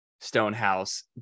Stonehouse